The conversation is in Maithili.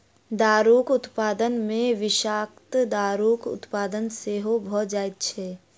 दारूक उत्पादन मे विषाक्त दारूक उत्पादन सेहो भ जाइत छै